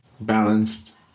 Balanced